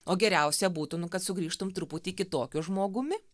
o geriausia būtų nu kad sugrįžtum truputį kitokiu žmogumi